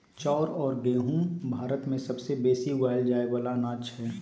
चाउर अउर गहुँम भारत मे सबसे बेसी उगाएल जाए वाला अनाज छै